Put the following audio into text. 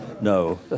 no